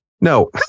No